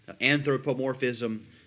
anthropomorphism